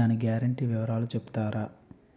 దాని గ్యారంటీ వివరాలు చెప్తారా?